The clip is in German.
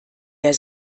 der